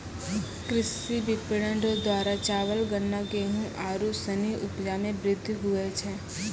कृषि विपणन रो द्वारा चावल, गन्ना, गेहू आरू सनी उपजा मे वृद्धि हुवै छै